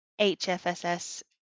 HFSS